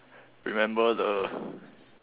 remember the